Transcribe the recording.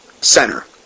Center